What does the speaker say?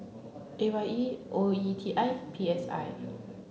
A Y E O E T I P S I